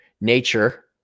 nature